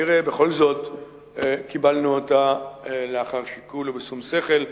שכנראה בכל זאת קיבלנו אותה לאחר שיקול ובשום שכל.